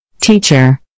Teacher